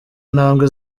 ntambwe